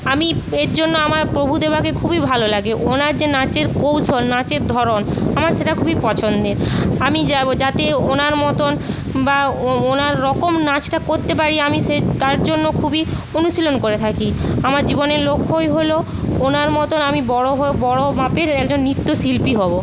আমি এর জন্য আমার প্রভুদেবাকে খুবই ভালো লাগে ওঁর যে নাচের কৌশল নাচের ধরন আমার সেটা খুবই পছন্দের আমি যা যাতে ওঁর মতন বা ওঁর রকম নাচটা করতে পারি আমি সে তার জন্য খুবই অনুশীলন করে থাকি আমার জীবনের লক্ষ্যই হলো ওঁর মতন আমি বড়ো বড়ো মাপের একজন নৃত্যশিল্পী হবো